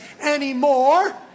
anymore